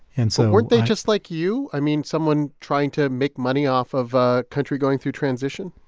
and so. weren't they just like you i mean, someone trying to make money off of a country going through transition?